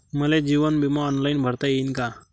मले जीवन बिमा ऑनलाईन भरता येईन का?